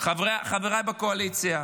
חבריי בקואליציה,